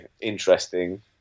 interesting